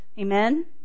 Amen